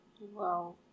Wow